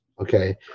Okay